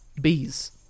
Bees